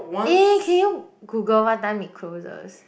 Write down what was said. eh can you Google what time it closes